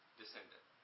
descendant